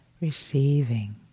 receiving